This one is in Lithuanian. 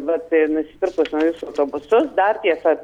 vat nusipirkus naujus autobusus dar tiesa